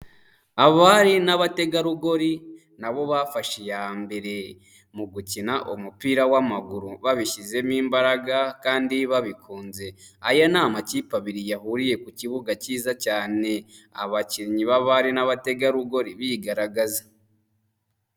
Abari n'abategarugori nabo bafashe iya mbere mu gukina umupira w'amaguru babishyizemo imbaraga kandi babikunze. Aya ni amakipe abiri yahuriye ku kibuga cyiza cyane, abakinnyi b'abari n'abategarugori bigaragaza.